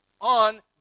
on